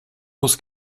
muss